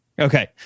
Okay